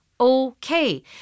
okay